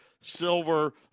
Silver